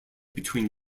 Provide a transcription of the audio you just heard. between